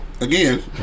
again